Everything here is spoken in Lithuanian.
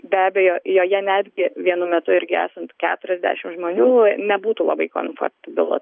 be abejo joje netgi vienu metu irgi esant keturiasdešimt žmonių nebūtų labai komfortabilu